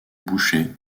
bouchet